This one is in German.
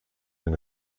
den